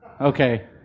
Okay